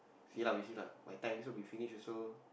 see lah we see lah my time so we finish also